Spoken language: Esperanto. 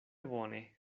bone